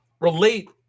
relate